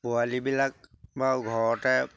পোৱালিবিলাক বাৰু ঘৰতে